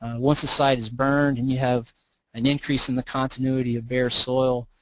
once a site is burned and you have an increase in the continuity of bare soil,